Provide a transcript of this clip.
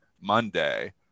Monday